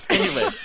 anyways,